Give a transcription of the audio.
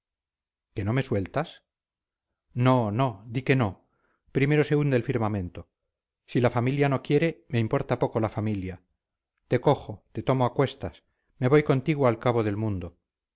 que no me sueltas no no di que no primero se hunde el firmamento si la familia no quiere me importa poco la familia te cojo te tomo a cuestas me voy contigo al cabo del mundo